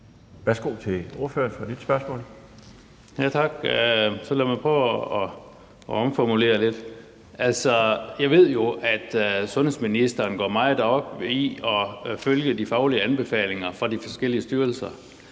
Værsgo til ordføreren for et nyt spørgsmål. Kl. 15:12 Per Larsen (KF): Tak. Så lad mig prøve at omformulere det lidt. Altså, jeg ved jo, at sundhedsministeren går meget op i at følge de faglige anbefalinger fra de forskellige styrelser.